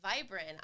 vibrant